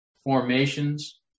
formations